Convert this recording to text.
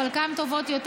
חלקן טובות יותר,